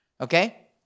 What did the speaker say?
Okay